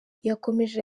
yakomeje